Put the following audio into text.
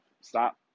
Stop